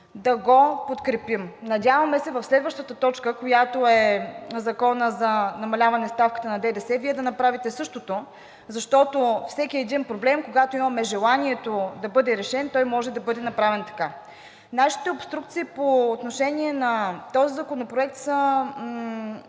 да го подкрепим. Надяваме се в следващата точка, която е Законът за намаляване ставките на ДДС, Вие да направите същото, защото всеки един проблем, когато имаме желанието да бъде решен, той може да бъде направен така. Нашите обструкции по отношение на този законопроект са